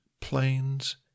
Plains